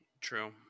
True